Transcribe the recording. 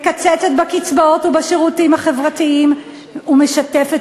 מקצצת בקצבאות ובשירותים החברתיים ומשתפת